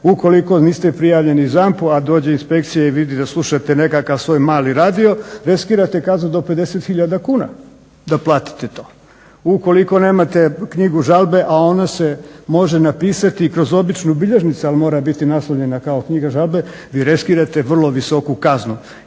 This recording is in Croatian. ukoliko niste prijavljeni ZAMP-u, a dođe inspekcija i vidi da slušate nekakav svoj mali radio, riskirate kaznu do 50000 kuna da platite to. Ukoliko nemate knjigu žalbe, a ona se može napisati i kroz običnu bilježnicu, ali mora biti naslovljena kao knjiga žalbe, vi riskirate vrlo visoku kaznu